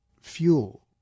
fuel